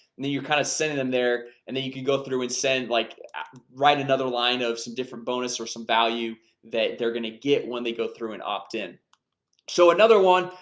and then you're kind of sending them there and then you can go through and send like write another line of some different bonus or some value that they're gonna get when they go through and opt in so another one.